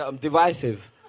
Divisive